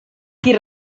qui